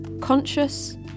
Conscious